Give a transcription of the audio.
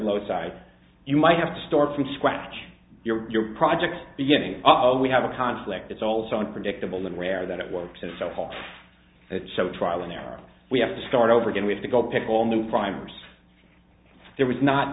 low side you might have to start from scratch your projects beginning of we have a conflict it's also a predictable and rare that it works and so i hope that some trial and error we have to start over again we have to go pick all new primers there was not